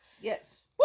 Yes